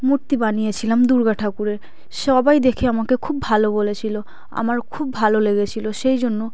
মূর্তি বানিয়েছিলাম দুর্গা ঠাকুরের সবাই দেখে আমাকে খুব ভালো বলেছিল আমার খুব ভালো লেগেছিল সেই জন্য